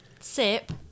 sip